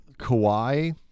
Kawhi